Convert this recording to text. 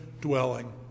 dwelling